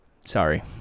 sorry